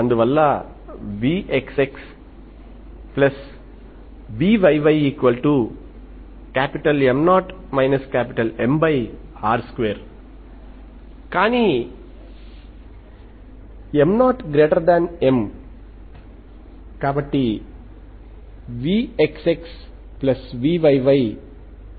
అందువల్ల vxxvyyM0 MR2 కానీ M0M కాబట్టి vxxvyy0